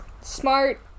Smart